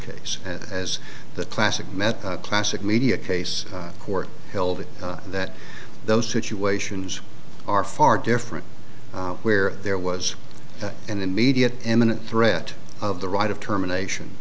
case as the classic met classic media case court held that those situations are far different where there was an immediate imminent threat of the right of termination